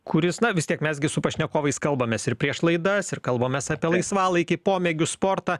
kuris na vis tiek mes gi su pašnekovais kalbamės ir prieš laidas ir kalbamės apie laisvalaikį pomėgius sportą